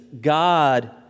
God